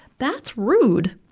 that's rude!